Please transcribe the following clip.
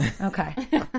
Okay